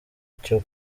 cyo